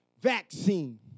vaccine